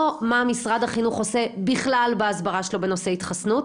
לא מה משרד החינוך עושה בכלל בהסברה שלו בנושא התחסנות,